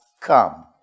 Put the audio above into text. come